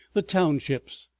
the townships,